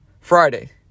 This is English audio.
Friday